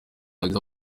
ntabwo